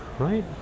Right